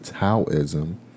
taoism